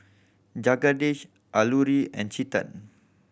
Jagadish Alluri and Chetan